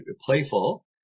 playful